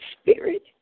spirit